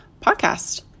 podcast